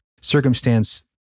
circumstance